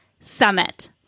Summit